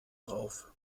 drauf